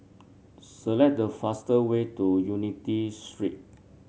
select the fastest way to Unity Street